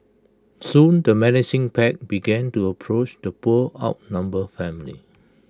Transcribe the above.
soon the menacing pack began to approach the poor outnumbered family